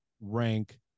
rank